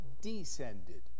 descended